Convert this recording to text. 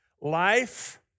Life